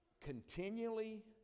continually